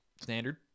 standard